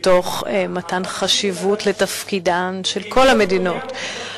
תוך מתן חשיבות לתפקידן של כל המדינות,